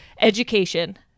education